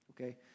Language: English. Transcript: Okay